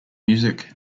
music